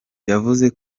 yavuze